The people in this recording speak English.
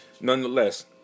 nonetheless